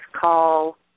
call